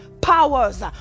powers